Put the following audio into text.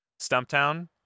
Stumptown